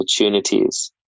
opportunities